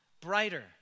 brighter